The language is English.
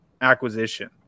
acquisition